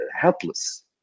helpless